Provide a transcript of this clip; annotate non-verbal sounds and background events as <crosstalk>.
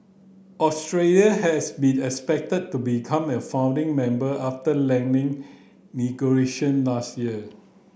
Australia has be expected to become a founding member after <unintelligible> negotiation last year